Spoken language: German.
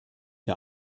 der